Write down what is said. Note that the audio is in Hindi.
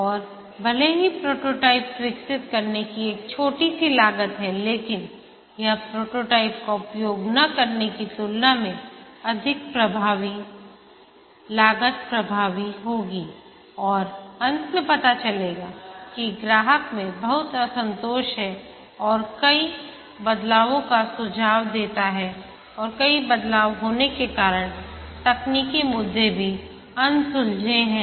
और भले ही प्रोटोटाइप विकसित करने की एक छोटी सी लागत है लेकिन यह प्रोटोटाइप का उपयोग न करने की तुलना में अधिक प्रभावीलागत प्रभावी होगी और अंत में पता चलेगा कि ग्राहक में बहुत असंतोष है और कई बदलावों का सुझाव देता है और कई बदलाव होने के कारण तकनीकी मुद्दे भी अनसुलझे हैं